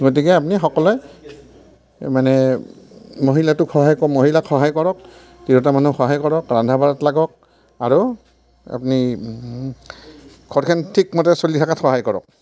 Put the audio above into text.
গতিকে আমি সকলোৱে এই মানে মহিলাটোক সহায় ক মহিলাক সহায় কৰক তিৰোতা মানুহক সহায় কৰক ৰন্ধা বঢ়াত লাগক আৰু আপুনি ঘৰখন ঠিকমতে চলি থকাত সহায় কৰক